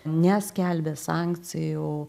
neskelbė sankcijų